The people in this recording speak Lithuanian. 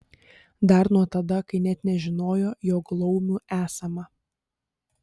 dar nuo tada kai net nežinojo jog laumių esama